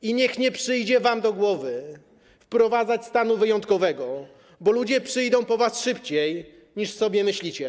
I niech nie przyjdzie wam do głowy wprowadzać stanu wyjątkowego, bo ludzie przyjdą po was szybciej, niż sobie myślicie.